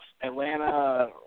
Atlanta